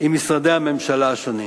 עם משרדי הממשלה השונים.